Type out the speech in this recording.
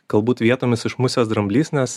galbūt vietomis iš musės dramblys nes